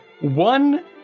one